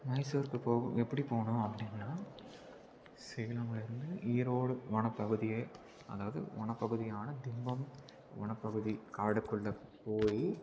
மைசூருக்கு போகு எப்படி போனோம் அப்படின்னா சேலம்லருந்து ஈரோடு வனப்பகுதியே அதாவது வனப்பகுதியான தின்பம் வனப்பகுதி காடுகுள்ளே போய்